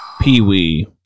Pee-wee